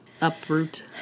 uproot